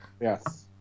Yes